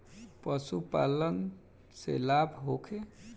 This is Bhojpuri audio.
पशु पालन से लाभ होखे?